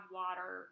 water